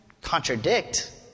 contradict